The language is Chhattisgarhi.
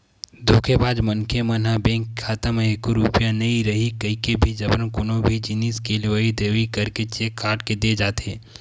धोखेबाज मनखे मन ह बेंक के खाता म एको रूपिया नइ रहिके भी जबरन कोनो भी जिनिस के लेवई देवई करके चेक काट के दे जाथे